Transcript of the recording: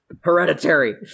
hereditary